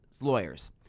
lawyers